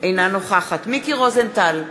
אינה נוכחת מיקי רוזנטל,